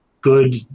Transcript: good